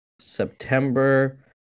September